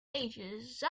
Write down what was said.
ages